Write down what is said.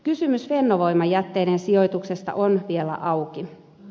kysymys fennovoiman jätteiden sijoituksesta on vielä auki